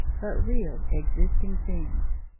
but real existing things,